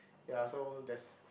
ya so that's